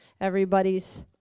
Everybody's